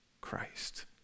Christ